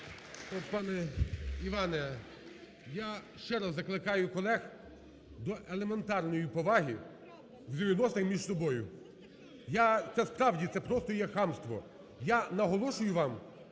Пане Іване! Я ще раз закликаю колег до елементарної поваги у взаємовідносинах між собою. Це, справді, це просто є хамство. Я наголошую вам,